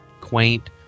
quaint